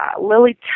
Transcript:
Lily